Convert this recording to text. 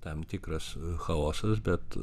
tam tikras chaosas bet